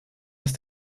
dass